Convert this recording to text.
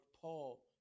Paul